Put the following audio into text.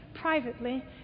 privately